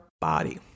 body